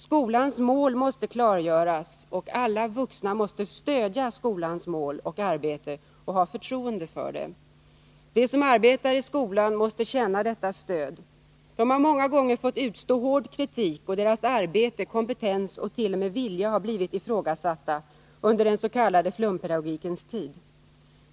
Skolans mål måste klargöras, och alla vuxna måste stödja skolans mål och arbete och ha förtroende för det. De som arbetar i skolan måste känna detta stöd. De har många gånger fått utstå hård kritik, och deras arbete, kompetens och t.o.m. vilja har blivit ifrågasatta under den s.k. flumpedagogikens tid.